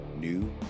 new